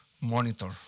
monitor